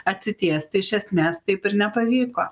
atsitiesti iš esmės taip ir nepavyko